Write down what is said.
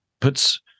puts